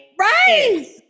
Right